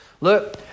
Look